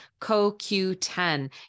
CoQ10